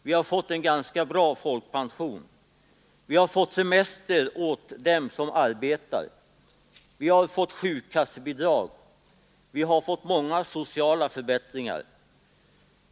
Vi har fått en ganska bra folkpension. Vi har fått semester åt dem som arbetar. Vi har fått sjukkassebidrag. Vi har fått många sociala förbättringar.